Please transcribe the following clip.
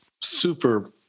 super